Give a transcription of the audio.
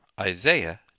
isaiah